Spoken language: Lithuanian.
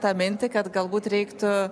tą mintį kad galbūt reiktų